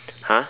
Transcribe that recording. !huh!